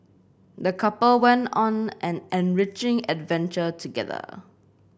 the couple went on an enriching adventure together